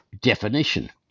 definition